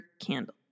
candle